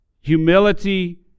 humility